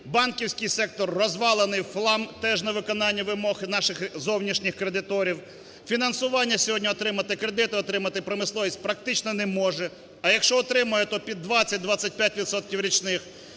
банківський сектор розвалений в хлам – теж на виконання вимог наших зовнішніх кредиторів. Фінансування сьогодні отримати, кредити отримати промисловість практично не може. А якщо отримає, то під 20-25